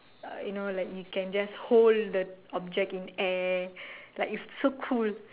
uh you know like you can just hold the object in air like it's so cool